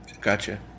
gotcha